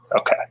Okay